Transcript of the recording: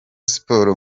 sport